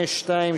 5(2),